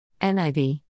NIV